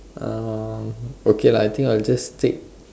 um okay lah I think I'll just take